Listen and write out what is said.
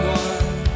one